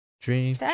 Dream